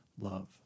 love